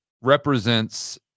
represents